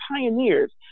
pioneers